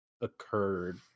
occurred